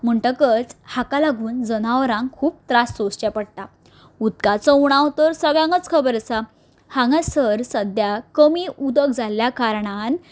म्हणटकच हाका लागून जनावरांक खूब त्रास सोसचे पडटा उदकाचो उणान तर सगळ्यांकच खबर आसा हांगासर सध्या कमी उदक जाल्ल्या कारणान